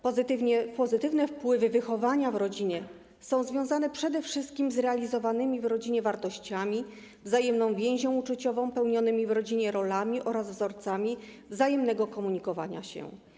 Pozytywny wpływ wychowania w rodzinie jest związany przede wszystkim z realizowanymi w rodzinie wartościami, wzajemną więzią uczuciową, pełnionymi w rodzinie rolami oraz wzorcami wzajemnego komunikowania się.